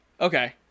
Okay